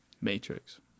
Matrix